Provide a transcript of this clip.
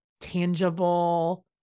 tangible